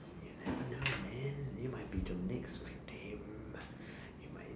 you never know man you might be the next victim you might